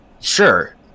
sure